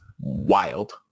wild